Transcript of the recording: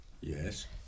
Yes